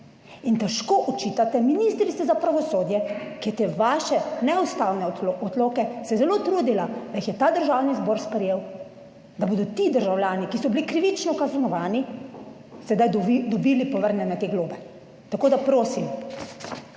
in težko očitate ministrici za pravosodje, ki je te vaše neustavne odloke, se je zelo trudila, da jih je ta Državni zbor sprejel, da bodo ti državljani, ki so bili krivično kaznovani, sedaj dobili povrnjene te globe. Tako, da prosim.